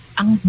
ang